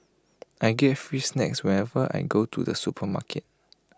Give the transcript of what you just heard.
I get free snacks whenever I go to the supermarket